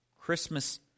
Christmas